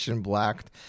blacked